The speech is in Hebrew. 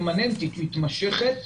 פרמננטית, מתמשכת,